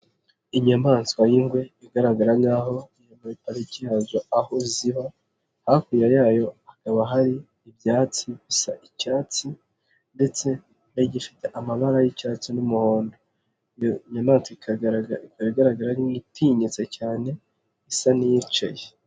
Inyamaswa y'ingwe igaragara nkaho iri muri pariki yazo aho ziba, hakurya yayo hakaba hari ibyatsi bisa icyatsi ndetse n'igifite amabara y'icyatsi n'umuhondo, iyo nyamaswa ikaba igaragara nk'itinyitse cyane isa n'iyicaye.